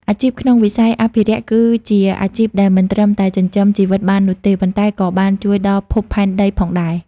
អាជីពក្នុងវិស័យអភិរក្សគឺជាអាជីពដែលមិនត្រឹមតែចិញ្ចឹមជីវិតបាននោះទេ ប៉ុន្តែក៏បានជួយដល់ភពផែនដីផងដែរ។